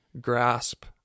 grasp